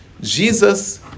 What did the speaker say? Jesus